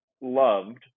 loved